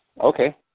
Okay